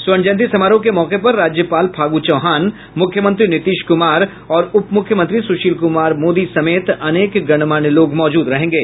स्वर्ण जयंती समारोह के मौके पर राज्यपाल फागू चौहान मुख्यमंत्री नीतीश कुमार और उप मुख्यमंत्री सुशील कुमार मोदी समेत अनेक गणमान्य लोग मौजूद रहेंगे